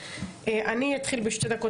אני אתחיל בשתי דקות,